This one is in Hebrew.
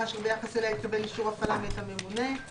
אשר ביחס אליה התקבל אישור הפעלה מאת הממונה,